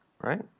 Right